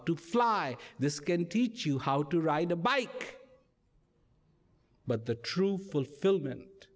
to fly this can teach you how to ride a bike but the true fulfillment